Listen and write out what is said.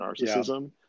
narcissism